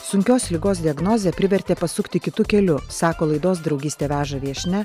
sunkios ligos diagnozė privertė pasukti kitu keliu sako laidos draugystė veža viešnia